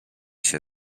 się